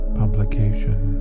publication